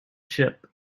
ship